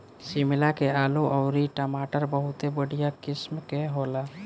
शिमला के आलू अउरी टमाटर बहुते बढ़िया किसिम के होला